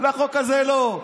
לחוק הזה לא,